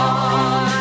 on